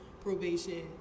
probation